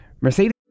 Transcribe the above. Mercedes